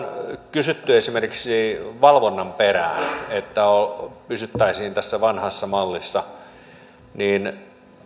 kysytty esimerkiksi valvonnan perään eli että pysyttäisiin tässä vanhassa mallissa